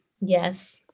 Yes